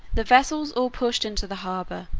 the vessels all pushed into the harbor,